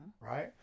right